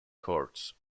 courts